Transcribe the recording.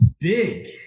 big